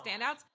standouts